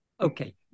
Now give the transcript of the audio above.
Okay